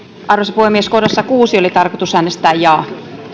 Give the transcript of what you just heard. puhemies kohdassa kuusi oli tarkoitus äänestää jaa arvoisa